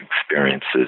experiences